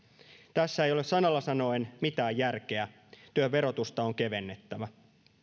tässä ei ole sanalla sanoen mitään järkeä työn verotusta on kevennettävä